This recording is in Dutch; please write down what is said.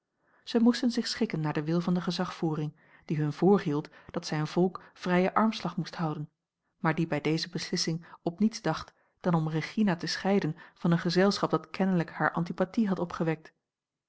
zij moesten zich schikken naar den wil van den gezagvoerder die hun voorhield dat zijn volk vrijen armslag moest houden maar die bij deze beslissing op niets dacht dan om regina te scheiden van een gezelschap dat kennelijk hare antipathie had opgewekt